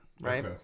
right